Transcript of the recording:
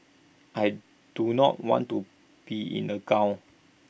I do not want to be in A gown